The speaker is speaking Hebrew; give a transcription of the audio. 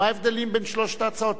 מה ההבדלים בין שלוש ההצעות?